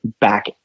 back